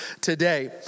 today